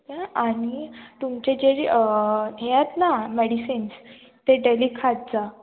आणि तुमचे जे हे आहेत ना मेडिसिन्स ते डेली खात जा